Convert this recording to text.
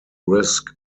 risk